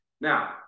Now